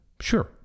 Sure